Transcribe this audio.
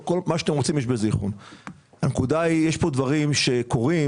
יש פה דברים שקורים